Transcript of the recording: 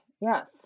yes